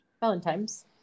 Valentine's